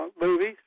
movies